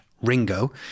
Ringo